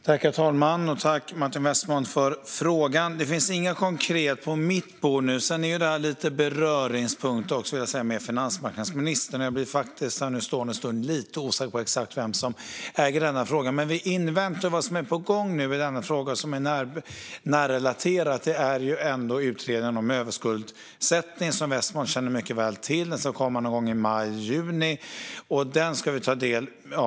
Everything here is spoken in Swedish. Herr talman! Tack, Martin Westmont, för frågan! Det finns inget konkret på mitt bord nu. Sedan är ju det här en beröringspunkt med finansmarknadsministern. Jag är i talande stund lite osäker på exakt vem som äger denna fråga. Men vi inväntar vad som är på gång i frågan nu. Något som är nära relaterat är utredningen om överskuldsättning, som Westmont känner väl till. Den ska komma någon gång i maj eller juni.